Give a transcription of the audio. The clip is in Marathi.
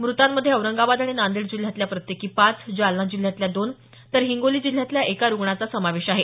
मृतांमध्ये औरंगाबाद आणि नांदेड जिल्ह्यातल्या प्रत्येकी पाच जालना जिल्ह्यातल्या दोन तर हिंगोली जिल्ह्यातल्या एका रुग्णाचा समावेश आहे